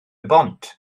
bont